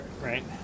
right